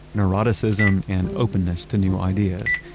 neuroticism, and openness to new ideas.